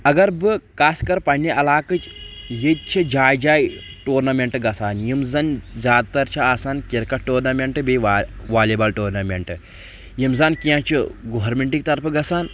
اگر بہٕ کتھ کرٕ پننہِ علاقٕچ ییٚتہِ چھِ جایہِ جایہِ ٹورنامینٹ گژھان یِم زن زیادٕ تر چھِ آسان کرکٹ ٹورنامینٹ بیٚیہِ وا والی بال ٹورنامینٹ یِم زن کینٛہہ چھِ گوہرمنٹٕکۍ طرفہٕ گژھان